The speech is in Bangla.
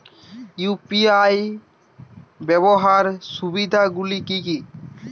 ইউ.পি.আই ব্যাবহার সুবিধাগুলি কি কি?